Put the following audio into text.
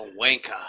wanker